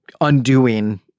undoing